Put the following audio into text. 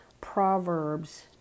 Proverbs